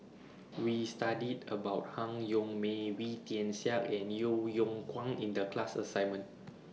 We studied about Han Yong May Wee Tian Siak and Yeo Yeow Kwang in The class assignment